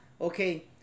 okay